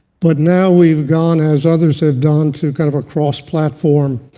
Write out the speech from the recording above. but now we've gone, as others have done, to kind of a cross-platform